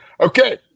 Okay